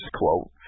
quote